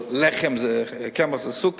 אבל קמח זה סוכר,